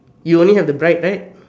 you only have the bride right